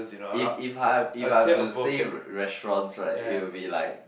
if if I if I have to say re~ restaurants right it will be like